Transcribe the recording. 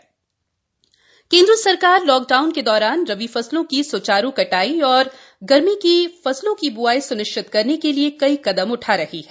कृषि छूट केन्द्र सरकार लॉकडाउन के दौरान रबी फसलों की सुचारू कटाई और गर्मियों की फसलों की ब्आई स्निश्चित करने के लिए कई कदम उठा रही है